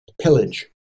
pillage